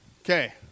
Okay